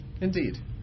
Indeed